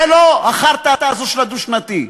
זה לא החארטה הזאת של הדו-שנתי,